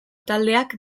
taldeak